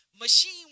machine